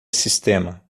sistema